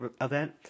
event